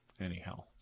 Anyhow